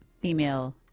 female